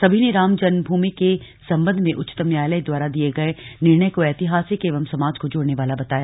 सभी ने राम जन्मभूमि के सम्बन्ध में उच्चतम न्यायालय द्वारा दिये गये निर्णय को ऐतिहासिक एवं समाज को जोड़ने वाला बताया